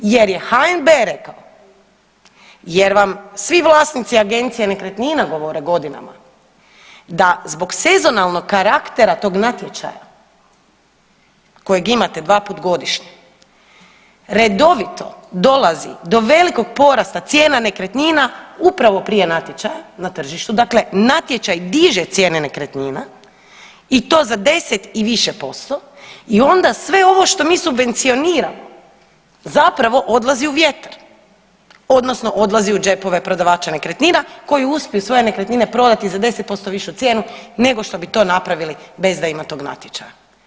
Jer je HNB rekao, jer vam svi vlasnici agencija nekretnina govore godinama, da zbog sezonalnog karaktera tog natječaja kojeg imate dvaput godišnje, redovito dolazi do velikog porasta cijena nekretnina upravo prije natječaja na tržištu, dakle natječaj diže cijene nekretnina i to za 10 i više posto i onda sve ovo što mi subvencioniramo, zapravo odlazi u vjetar odnosno odlazi u džepove prodavača nekretnina koji uspiju svoje nekretnine prodati za 10% višu cijenu nego što bi to napravili bez da ima tog natječaja.